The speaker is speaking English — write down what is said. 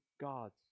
God's